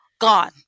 gone